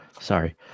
Sorry